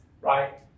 right